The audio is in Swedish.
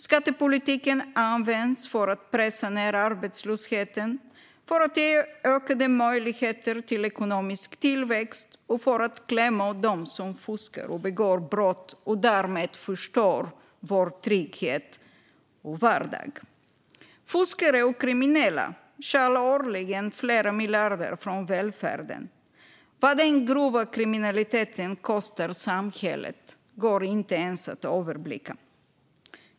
Skattepolitiken används nu för att pressa ned arbetslösheten, för att ge ökade möjligheter till ekonomisk tillväxt och för att klämma åt dem som fuskar och begår brott och därmed förstör vår trygghet och vardag. Fuskare och kriminella stjäl årligen flera miljarder från välfärden. Vad den grova kriminaliteten kostar samhället går inte ens att överblicka.